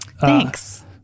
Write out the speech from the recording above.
Thanks